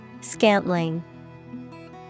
Scantling